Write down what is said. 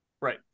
Right